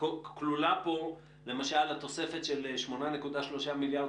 כלולה פה למשל התוספת של 8.3 מיליארד,